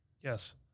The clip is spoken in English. Yes